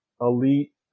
elite